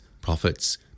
prophets